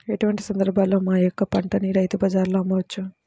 ఎటువంటి సందర్బాలలో మా యొక్క పంటని రైతు బజార్లలో అమ్మవచ్చు?